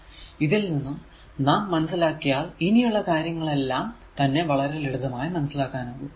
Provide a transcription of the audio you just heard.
ഇതിൽ നിന്നും നാം മനസ്സിലാക്കിയാൽ ഇനിയുള്ള കാര്യങ്ങൾ എല്ലാം തന്നെ വളരെ ലളിതമായി മനസ്സിലാക്കാൻ ആകും